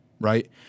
Right